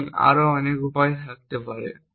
এমন আরও অনেক উপায় থাকতে পারে